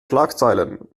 schlagzeilen